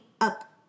up